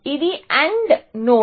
ఇది and node